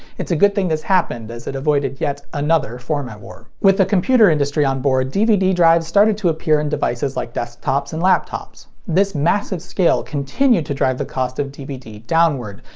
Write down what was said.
it's a good thing this happened, as it avoided yet another format war. with the computer industry on board, dvd drives started to appear in devices like desktops and laptops. this massive scale continued to drive the cost of dvd downward,